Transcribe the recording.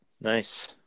Nice